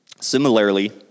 Similarly